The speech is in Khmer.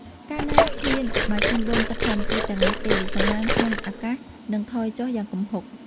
កាលណាគ្មានម៉ាស៊ីនបូមទឹកធម្មជាតិទាំងនេះទេ សំណើមក្នុងអាកាសនឹងថយចុះយ៉ាងគំហុក។